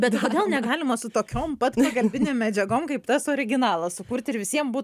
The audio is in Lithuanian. bet kodėl negalima su tokiom pat pagalbinėm medžiagom kaip tas originalas sukurt ir visiems būt